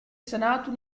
senátu